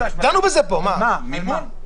מה פתאום?